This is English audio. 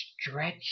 stretch